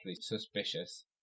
suspicious